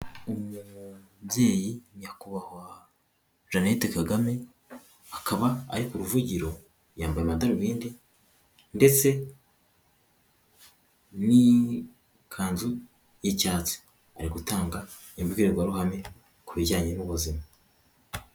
Umubyeyi Nyakubahwa Jeannette Kagame akaba ari ku ruvugiro, yambaye amadarubindi ndetse n'ikanzu y'icyatsi, ari gutanga imbwirwaruhame ku bijyanye n'ubuzima.